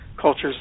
cultures